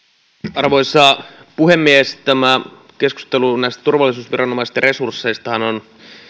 arvoisa puhemies tämä keskustelu turvallisuusviranomaisten resursseistahan on